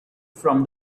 from